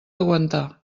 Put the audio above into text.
aguantar